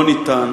לא ניתן,